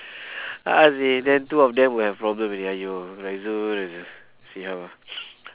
ah they then two of them will have problem already !aiyo! azul see how ah